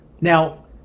now